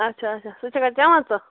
اَچھا اَچھا سُہ چھَکھا کھٮ۪وان ژٕ